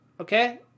okay